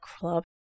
club